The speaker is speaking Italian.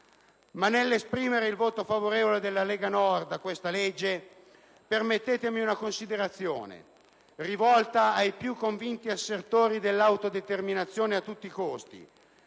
Nell'esprimere il voto favorevole della Lega Nord a questo disegno di legge, mi si permetta una considerazione rivolta ai più convinti assertori dell'autodeterminazione «a tutti i costi».